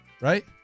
right